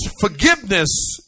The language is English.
Forgiveness